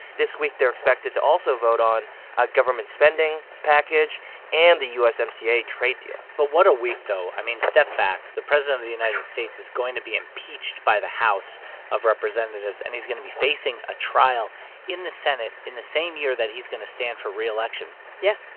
this week, they're expected to also vote on a government spending package and the usmca trade deal but what a week, though? i mean, step back. the president of the united states is going to be impeached by the house of representatives, and he's going to be facing a trial in the senate in the same year that he's going to stand for reelection yeah.